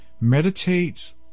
meditate